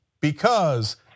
because-